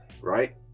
right